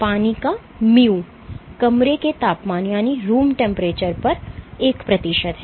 पानी का mu कमरे के तापमान room temp पर एक प्रतिशत है